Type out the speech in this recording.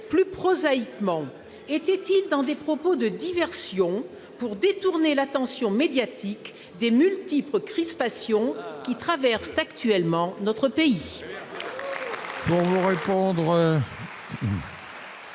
plus prosaïquement, était-il dans des propos de diversion pour détourner l'attention médiatique des multiples crispations qui traversent actuellement notre pays ?